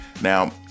Now